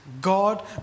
God